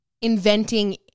inventing